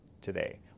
today